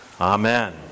Amen